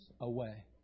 away